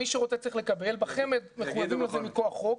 מי שרוצה צריך לקבל, בחמ"ד מחוייבים לזה מכח חוק,